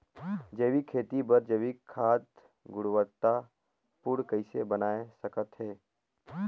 जैविक खेती बर जैविक खाद गुणवत्ता पूर्ण कइसे बनाय सकत हैं?